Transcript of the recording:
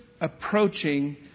approaching